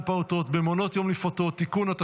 פעוטות במעונות יום לפעוטות (תיקון),